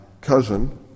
cousin